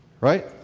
Right